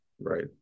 Right